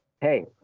hey